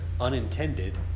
unintended